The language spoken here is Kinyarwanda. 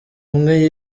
umwe